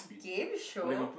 game show